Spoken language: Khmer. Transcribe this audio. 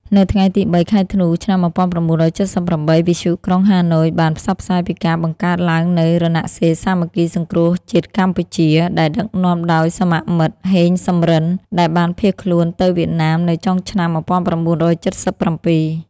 នៅថ្ងៃទី ៣ ខែធ្នូ ឆ្នាំ ១៩៧៨ វិទ្យុក្រុងហាណូយបានផ្សព្វផ្សាយពីការបង្កើតឡើងនូវ "រណសិរ្សសាមគ្គីសង្គ្រោះជាតិកម្ពុជា" ដែលដឹកនាំដោយសមមិត្ត ហេង សំរិន ដែលបានភៀសខ្លួនទៅវៀតណាមនៅចុងឆ្នាំ ១៩៧៧។